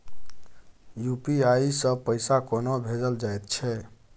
UPI सँ पैसा कोना भेजल जाइत छै?